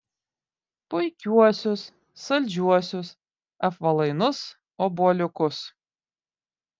puikiuosius saldžiuosius apvalainus obuoliukus